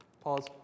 pause